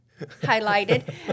highlighted